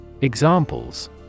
Examples